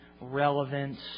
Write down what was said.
relevance